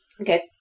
Okay